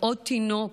ועוד תינוק,